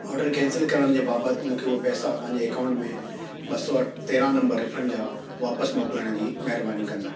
order cancel करण जे बाबति मूंखे उहा पैसा पंहिंजे अकाउंट में ॿ सौ तेरहं नंबर रिफंड जा वापसि मोकिलण जी महिरबानी कंदा